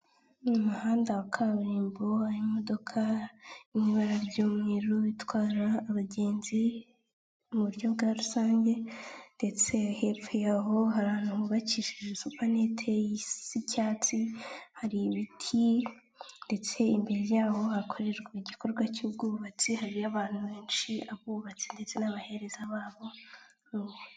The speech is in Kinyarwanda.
Umuhanda wa kaburimbo aho imodoka iri mu ibara ry'umweru itwara abagenzi mu buryo bwa rusange, ndetse hepfo yaho hari ahantu hubakishijwe supaneteye isa icyatsi, hari ibiti ndetse imbere yaho hakorerwa igikorwa cy'ubwubatsi, hariyo abantu benshi abubatsi ndetse n'abahereza babo.